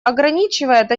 ограничивает